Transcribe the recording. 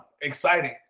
exciting